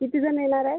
कितीजण येणार आहे